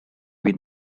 been